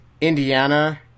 Indiana